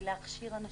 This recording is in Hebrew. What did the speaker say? זה להכשיר אנשים,